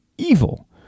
Evil